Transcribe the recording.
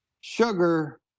sugar